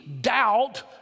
doubt